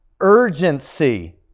urgency